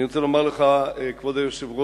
אני רוצה לומר לך, כבוד היושב-ראש,